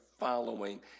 Following